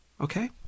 Okay